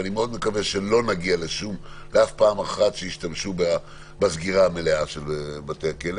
ואני מאוד מקווה שלא ישתמשו בסגירה המלאה של בתי הכלא